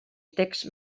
text